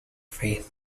faith